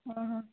ହଁ